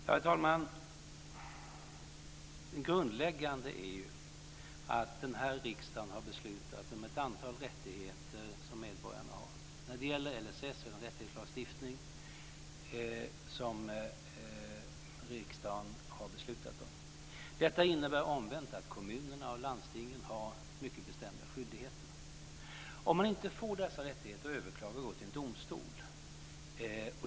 Herr talman! Det grundläggande är att den här riksdagen har beslutat om ett antal rättigheter som medborgarna har. När det gäller LSS är det en rättighetslagstiftning som riksdagen har beslutat om. Detta innebär omvänt att kommunerna och landstingen har mycket bestämda skyldigheter. Om man inte får dessa rättigheter tillgodosedda kan man överklaga och gå till en domstol.